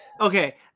Okay